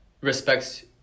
respects